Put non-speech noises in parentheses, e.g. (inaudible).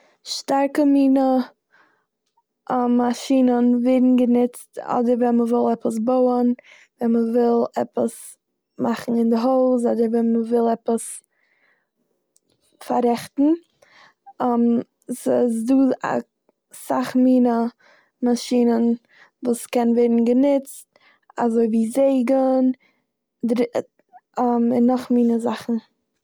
שטארקע מינע (hesitation) מאשינען ווערן גענוצט אדער ווען מ'וויל עפעס בויען, ווען מ'וויל עפעס מאכן אין די הויז, אדער ווען מ'וויל עפעס פארעכטן. (hesitation) ס'איז דא אסאך מינע מאשינען וואס קען ווערן גענוצט אזויווי זעגן דרי- (hesitation) און נאך מינע זאכן.